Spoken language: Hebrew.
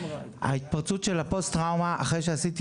ההתפרצות של הפוסט טראומה אחרי שעשיתי